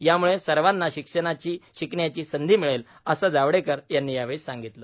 यामुळे सर्वांना शिकण्याची संधी मिळेल अस जावडेकर यांनी यावेळी सांगितले